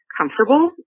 comfortable